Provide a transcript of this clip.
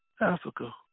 Africa